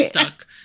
stuck